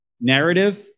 narrative